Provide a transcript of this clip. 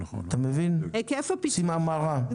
עושים המרה.